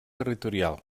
territorial